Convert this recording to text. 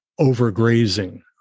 overgrazing